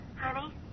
Honey